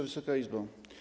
Wysoka Izbo!